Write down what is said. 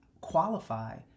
qualify